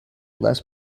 less